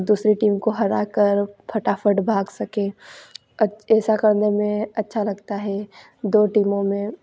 दूसरी टीम को हरा कर फटाफट भाग सकें अच ऐसा करने में अच्छा लगता है दो टीमों में